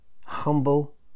humble